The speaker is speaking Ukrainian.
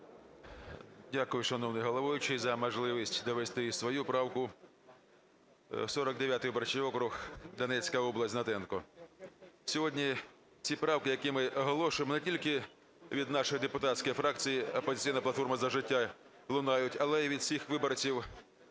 Дякую, шановний головуючий, за можливість довести і свою правку. 49 виборчий округ, Донецька область, Гнатенко. Сьогодні ці правки, які ми оголошуємо, не тільки від нашої депутатської фракції "Опозиційна платформа - За життя" лунають, але і від всіх виборців